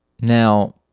Now